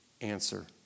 Answer